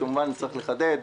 צריך לחדד: